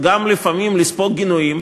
לפעמים גם לספוג גינויים,